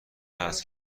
است